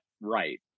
right